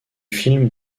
film